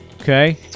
Okay